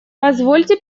позвольте